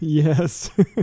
Yes